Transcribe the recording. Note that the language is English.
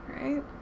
Right